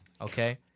Okay